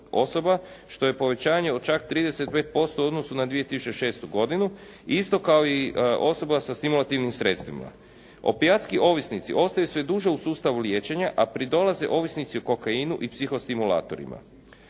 što je povećanje od čak 35% u odnosu na 2006. godinu. Isto kao i osoba sa stimulativnim sredstvima. Opijatski ovisnici ostaju sve duže u sustavu liječenja a pridolaze ovisnici o kokainu i psihostimulatorima.